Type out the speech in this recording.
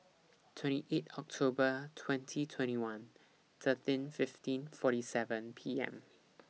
twenty eight October twenty twenty one thirteen fifteen forty seven P M